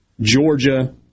Georgia